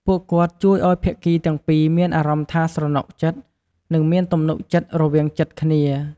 ពួកគាត់ជួយឱ្យភាគីទាំងពីរមានអារម្មណ៍ថាស្រណុកចិត្ត និងមានទំនុកចិត្តរវាងចិត្តគ្នា។